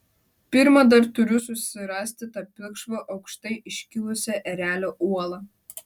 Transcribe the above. pirma dar turiu susirasti tą pilkšvą aukštai iškilusią erelio uolą